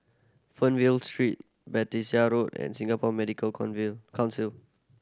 Fernvale Street Battersea Road and Singapore Medical Council